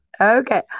Okay